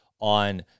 on